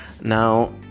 Now